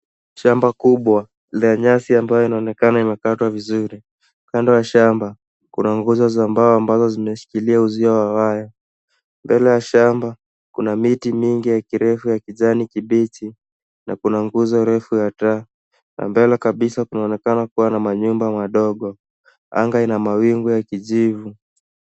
Shamba kubwa lenye nyasi ambayo inaonekana imekatwa vizuri, kando ya shamba kuna nguzo za mbao ambazo zimeshikilia uzio wa waya. Mbele ya shamba kuna miti mingi ya kirefu ya kijani kibichi na kuna nguzo refu ya taa, na mbele kabisa kunaonekana kuwa na manyumba madogo. Anga ina mawingu ya kijivu.